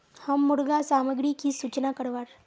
हम मुर्गा सामग्री की सूचना करवार?